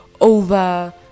over